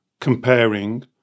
comparing